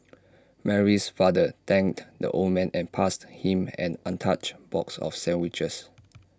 Mary's father thanked the old man and passed him an untouched box of sandwiches